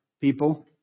people